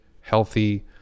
healthy